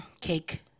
cake